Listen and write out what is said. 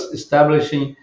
establishing